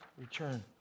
return